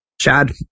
Chad